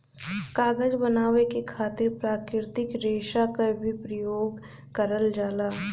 कागज बनावे के खातिर प्राकृतिक रेसा क भी परयोग करल जाला